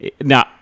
Now